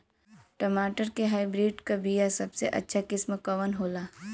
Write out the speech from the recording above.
टमाटर के हाइब्रिड क बीया सबसे अच्छा किस्म कवन होला?